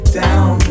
down